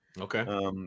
Okay